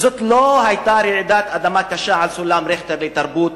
זאת לא היתה רעידת אדמה קשה בסולם ריכטר לתרבות,